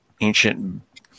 ancient